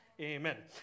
Amen